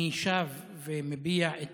אני שב ומביע את